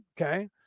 Okay